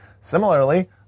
Similarly